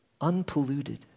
unpolluted